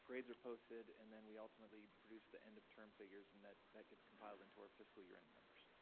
grades are posted, and then we ultimately produce the end of term figures and that that gets compiled into our fiscal year end numbers.